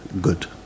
good